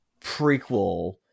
prequel